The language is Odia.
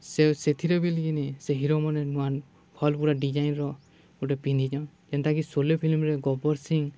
ସେ ସେଥିରୋ ବିଲ୍ କିନି ସେ ହିରୋମନେ ନୂଆ ହଲ୍ ପୁରା ଡିଜାଇନ୍ର ଗୋଟେ ପିନ୍ଧିଚନ୍ ଯେନ୍ତାକି ସୋଲେ ଫିଲ୍ମ୍ରେ ଗୋବର୍ ସିଂ